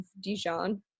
Dijon